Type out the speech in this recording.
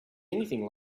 anything